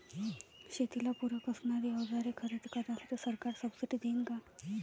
शेतीला पूरक असणारी अवजारे खरेदी करण्यासाठी सरकार सब्सिडी देईन का?